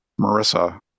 Marissa